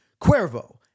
Cuervo